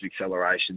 acceleration